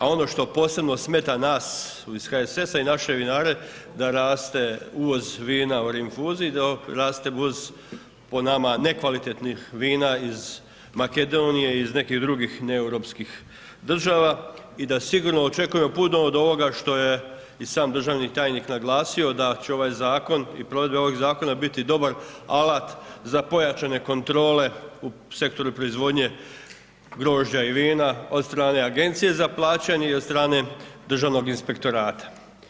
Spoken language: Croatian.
A ono što posebno smeta nas iz HSS-a i naše vinare da raste uvoz vina u rinfuzi, da raste uvoz po nama nekvalitetnih vina iz Makedonije, iz nekih drugih neeuropskih država i da sigurno očekujemo puno od ovoga što je i sam državni tajnik naglasio da će ovaj zakon i provedba ovog zakona biti dobar alat za pojačane kontrole u sektoru proizvodnje grožđa i vina od strane Agencije za plaćanje i od strane Državnog inspektorata.